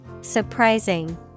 Surprising